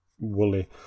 Woolly